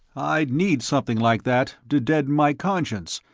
i'd need something like that, to deaden my conscience,